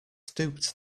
stooped